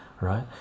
right